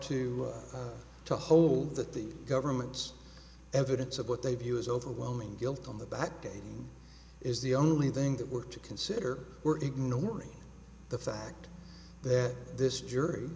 to to hold that the government's evidence of what they view as overwhelming guilt on the back pain is the only thing that we're to consider we're ignoring the fact that this jury